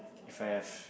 if I have